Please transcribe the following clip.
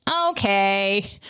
okay